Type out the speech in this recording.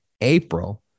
April